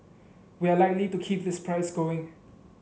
we are likely to keep this price going